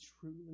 truly